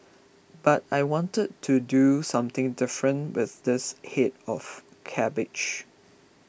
but I wanted to do something different with this head of cabbage